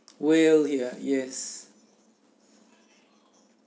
will here yes